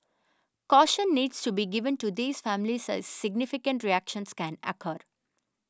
caution needs to be given to these families as significant reactions can occur